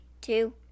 two